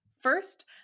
First